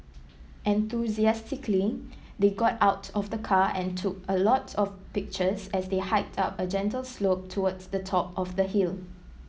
enthusiastically they got out of the car and took a lot of pictures as they hiked up a gentle slope towards the top of the hill